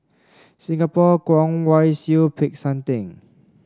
Singapore Kwong Wai Siew Peck San Theng